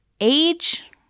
age